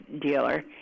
dealer